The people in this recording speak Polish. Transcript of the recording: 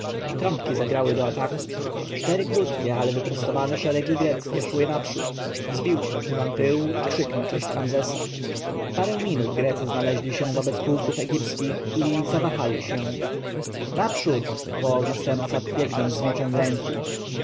trąbki zagrały do ataku cztery krótkie ale wyprostowane szeregi poszły naprzód wzbił się tuman pyłu i krzyk na cześć ramzesa w parę minut grecy znaleźli się wobec pułków egipskich i zawahali się naprzód wołał następca biegnąc z mieczem w ręku